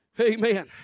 Amen